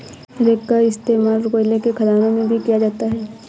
rake का इश्तेमाल कोयले के खदानों में भी किया जाता है